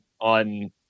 on